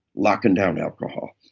locking down alcohol.